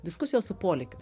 diskusijos su polėkiu